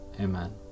Amen